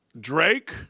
Drake